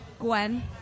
Gwen